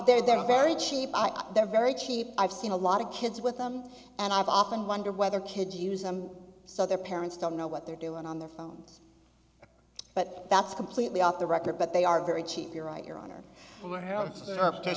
there they're very cheap i think they're very cheap i've seen a lot of kids with them and i've often wondered whether kids use them so their parents don't know what they're doing on their phones but that's completely off the record but they are very cheap you're right your hon